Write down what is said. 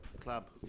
club